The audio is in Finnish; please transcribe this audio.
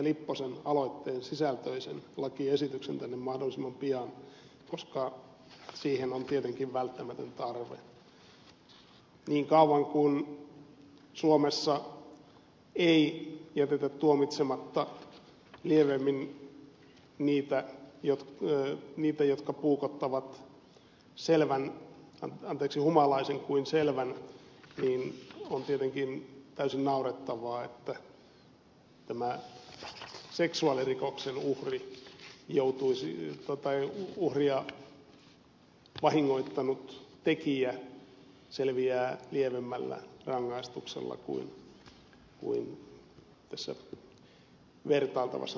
lipposen aloitteen sisältöisen lakiesityksen tänne mahdollisimman pian koska siihen on tietenkin välttämätön tarve niin kauan kun suomessa ei jätetä tuomitsematta lievemmin niitä jotka puukottavat humalaisen kuin selvän niin on tietenkin täysin naurettavaa että tämä seksuaalirikoksen uhria vahingoittanut tekijä selviää lievemmällä rangaistuksella kuin tässä vertailtavassa tapauksessa